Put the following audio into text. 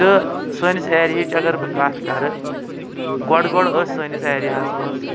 تہٕ سٲنِس ایرِہٕچ اَگر بہٕ کَتھ کَرٕ گۄڈٕ گۄڈٕ ٲس سٲنِس ایریاہَس منٛز